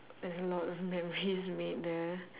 there's a lot of memories made there